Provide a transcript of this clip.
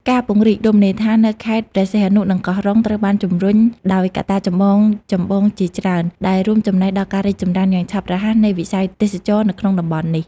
ការពង្រីករមណីយដ្ឋាននៅ ខេត្តព្រះសីហនុ និងកោះរ៉ុង ត្រូវបានជំរុញដោយកត្តាចម្បងៗជាច្រើន ដែលរួមចំណែកដល់ការរីកចម្រើនយ៉ាងឆាប់រហ័សនៃវិស័យទេសចរណ៍នៅក្នុងតំបន់នេះ។